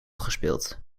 gespeeld